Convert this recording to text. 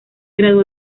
graduó